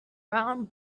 round